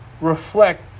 reflect